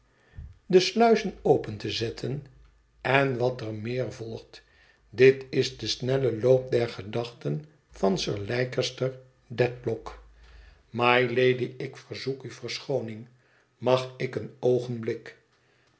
de sluizen open te zetten en wat er meer volgt dit is de snelle loop der gedachten van sir leicester dedlock mylady ik verzoek u verschooning mag ik een oogenblik